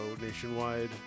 nationwide